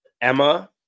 Emma